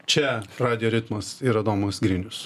čia radijo ritmas ir adomas grinius